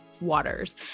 Waters